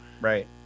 Right